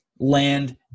land